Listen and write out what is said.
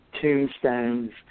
tombstones